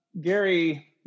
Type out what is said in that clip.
Gary